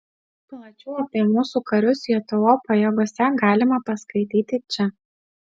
plačiau apie mūsų karius jto pajėgose galima paskaityti čia